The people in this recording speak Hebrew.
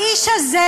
לאיש הזה,